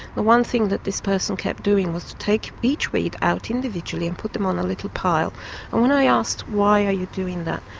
the one thing that this person kept doing was to take each weed out individually and put them on a little pile and when i asked, why are you doing that?